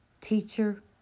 Teacher